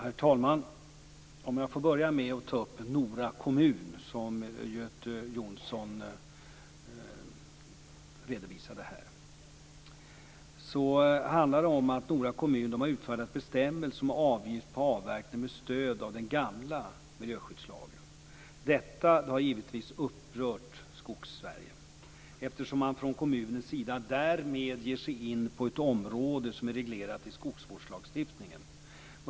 Herr talman! Jag skulle vilja börja med att ta upp Nora kommun, som Göte Jonsson redovisade. Nora kommun har utfärdat bestämmelser om avverkning med stöd av den gamla miljöskyddslagen. Detta har givetvis upprört Skogssverige, eftersom man från kommunens sida därmed ger sig in på ett område som är reglerat i skogsvårdslagstiftningen.